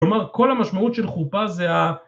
כל המשמעות של חופה זה ה...